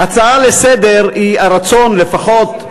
ההצעה לסדר-היום היא הרצון לפחות,